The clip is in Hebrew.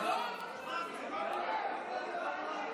תכריז על הצבעה.